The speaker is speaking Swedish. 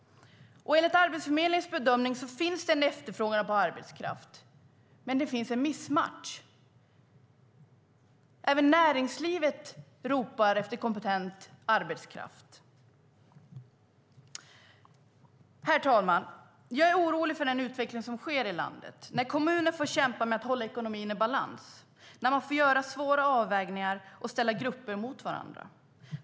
Enligt Arbetsförmedlingens bedömning finns det en efterfrågan på arbetskraft, men det finns en missmatch. Även näringslivet ropar efter kompetent arbetskraft. Herr talman! Jag är orolig för den utveckling som sker i landet när kommuner får kämpa med att hålla ekonomin i balans och göra svåra avvägningar och ställa grupper mot varandra.